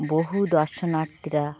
বহু দর্শনার্থীরা